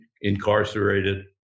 incarcerated